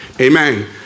Amen